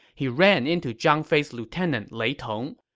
he ran into zhang fei's lieutenant lei tong.